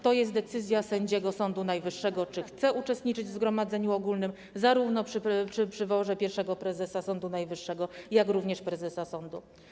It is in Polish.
To jest decyzja sędziego Sądu Najwyższego, czy chce uczestniczyć w zgromadzeniu ogólnym w wyborze zarówno pierwszego prezesa Sądu Najwyższego, jak również prezesa sądu.